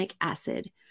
acid